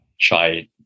try